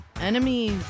enemies